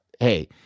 Hey